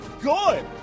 good